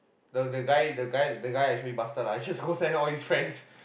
the the guy the guy the guy actually bastard lah just go send all his friends